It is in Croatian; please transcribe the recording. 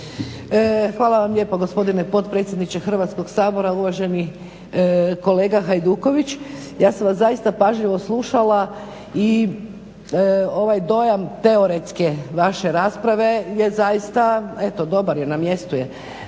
Hvala vam lijepa gospodine potpredsjedniče Hrvatskog sabora. Uvaženi kolega Hajduković ja sam vas zaista pažljivo slušala i ovaj dojam teoretske vaše rasprave je zaista eto dobar je, na mjestu je.